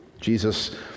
Jesus